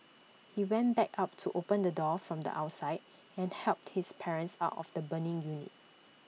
he went back up to open the door from the outside and helped his parents out of the burning unit